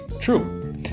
true